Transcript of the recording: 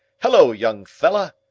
hullo, young fella!